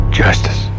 justice